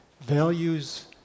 values